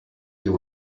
you